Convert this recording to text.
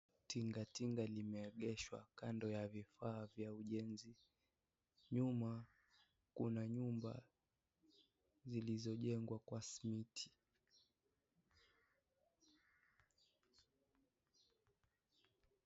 Tinga tinga limeegeshwa kando ya vifaa vya ujenzi. Nyuma kuna nyumba zilizojengwa kwa simiti.